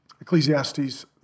Ecclesiastes